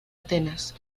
atenas